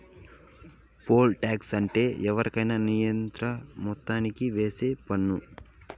pole tax అంటే ఎవరికైనా నిర్ణీత మొత్తానికి ఏసే పన్ను